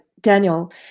Daniel